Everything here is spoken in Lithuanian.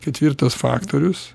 ketvirtas faktorius